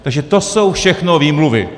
Takže to jsou všechno výmluvy.